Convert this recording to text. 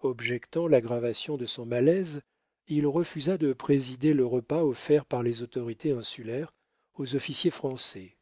objectant l'aggravation de son malaise il refusa de présider le repas offert par les autorités insulaires aux officiers français